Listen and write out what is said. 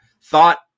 thought